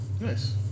nice